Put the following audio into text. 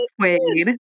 Quaid